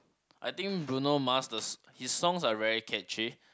I think Bruno-Mars thus his songs are really catchy